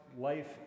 life